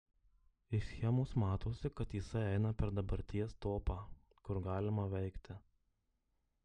iš schemos matosi kad jisai eina per dabarties topą kur galima veikti